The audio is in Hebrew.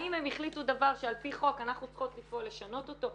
האם הם החליטו דבר שעל פי חוק אנחנו צריכות לשנות אותו?